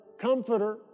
comforter